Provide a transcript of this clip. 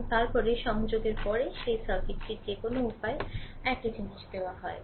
এবং তারপরে সংযোগের পরে সেই সার্কিটটির যে কোনও উপায়েই একই জিনিস দেওয়া হয়